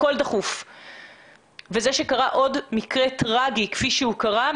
הכול דחוף וזה שקרה עוד מקרה טרגי כפי שקרה,